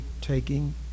taking